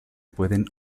pueden